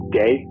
day